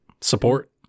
Support